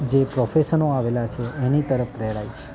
જે પ્રોફેશનો આવેલા છે એની તરફ પ્રેરાય છે